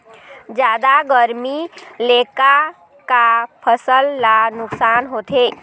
जादा गरमी ले का का फसल ला नुकसान होथे?